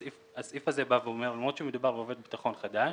הסעיף הזה בא ואומר: למרות שמדובר בעובד ביטחון חדש,